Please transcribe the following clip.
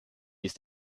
ist